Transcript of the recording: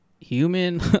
human